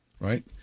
right